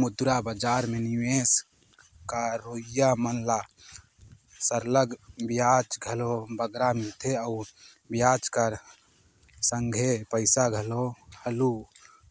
मुद्रा बजार में निवेस करोइया मन ल सरलग बियाज घलो बगरा मिलथे अउ बियाज कर संघे पइसा घलो हालु